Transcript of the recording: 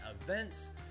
events